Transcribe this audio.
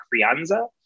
Crianza